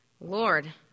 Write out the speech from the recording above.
Lord